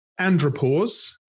andropause